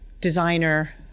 designer